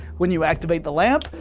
when you activate the lamp,